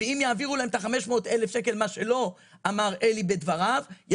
מה שלא אמר עלי בדבריו זה שאם יעבירו להם את ה-500 אלף שקל,